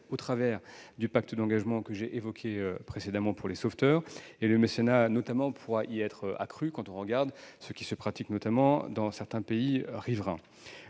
au travers du pacte d'engagement que j'ai évoqué précédemment pour les sauveteurs et le mécénat, qui pourrait être accru, au regard des pratiques qui ont cours dans certains pays riverains.